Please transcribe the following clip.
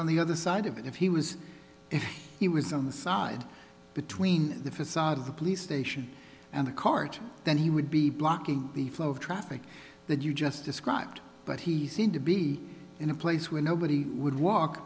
on the other side of it if he was if he was on the side between the facade of the police station and the cart then he would be blocking the flow of traffic that you just described but he seemed to be in a place where nobody would walk